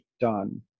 done